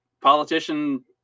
politician